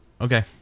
Okay